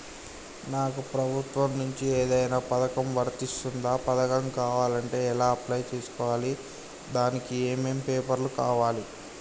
నాకు ప్రభుత్వం నుంచి ఏదైనా పథకం వర్తిస్తుందా? పథకం కావాలంటే ఎలా అప్లై చేసుకోవాలి? దానికి ఏమేం పేపర్లు కావాలి?